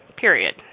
Period